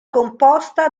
composta